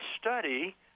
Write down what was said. study